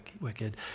wicked